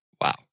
Wow